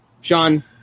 Sean